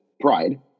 pride